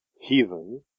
heathen